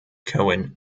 cohen